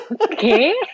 Okay